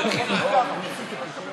הוא לא דיבר על אנשים שגזלו קרקע מדינה.